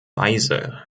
weise